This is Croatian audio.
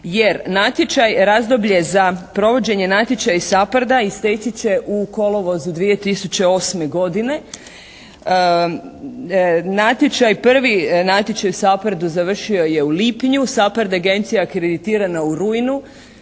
jer natječaj, razdoblje za provođenje natječaja iz SAPHARD-a isteći će u kolovozu 2008. godine. Natječaj, prvi natječaj u SAPHARD-u završio je u lipnju. SAPHARD agencija kreditirana u rujnu.